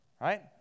Right